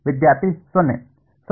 ವಿದ್ಯಾರ್ಥಿ 0